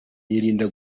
yirinda